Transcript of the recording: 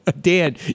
Dan